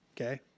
Okay